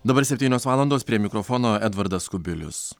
dabar septynios valandos prie mikrofono edvardas kubilius